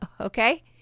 Okay